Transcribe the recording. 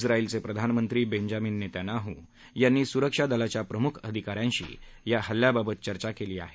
झाएलचे प्रधानमंत्री Benjamin Netanyahu यांनी सुरक्षा दलाच्या प्रमुख अधिका यांशी या हल्ल्याबाबत चर्चा केली आहे